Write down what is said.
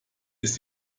ist